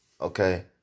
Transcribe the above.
Okay